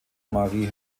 marie